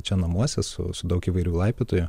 čia namuose su su daug įvairių laipiotojų